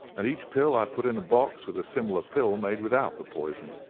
and each pill i put in a box with a similar pill made without the poison.